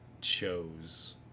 chose